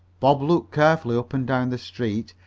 bob looked carefully up and down the street.